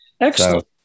excellent